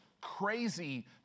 crazy